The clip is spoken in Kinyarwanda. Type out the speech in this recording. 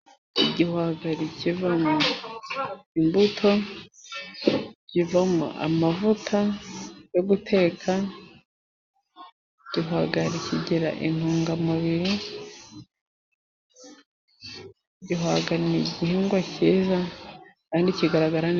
Igihwagari kivamo imbuto, kivamo amavuta yo guteka, igihwagari kigira intungamubiri, igihwagari ni igihingwa cyiza kandi kigaragara neza.